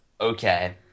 Okay